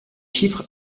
chiffres